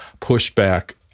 pushback